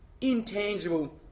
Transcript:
intangible